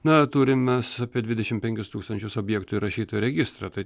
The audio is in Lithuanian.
na turime apie dvidešimt penkis tūkstančius objektų įrašytų į registrą tai